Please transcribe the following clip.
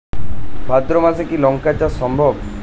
ভাদ্র মাসে কি লঙ্কা চাষ সম্ভব?